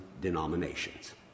denominations